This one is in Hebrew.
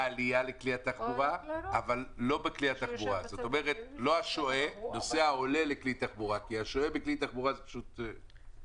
הקלה, אבל לגבי שאר הדברים, הם מאוד חשובים לנו.